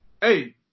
Hey